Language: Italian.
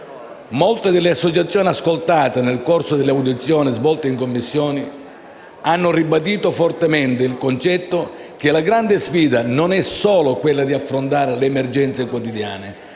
Molte delle associazioni ascoltate, nel corso delle audizioni svolte in Commissione, hanno ribadito fortemente il concetto che la grande sfida non è solo quella di affrontare le emergenze quotidiane,